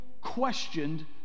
questioned